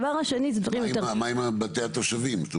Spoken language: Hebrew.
מה עם בתי התושבים?